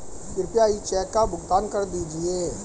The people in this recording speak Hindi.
कृपया इस चेक का भुगतान कर दीजिए